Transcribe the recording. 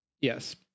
yes